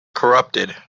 corrupted